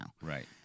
Right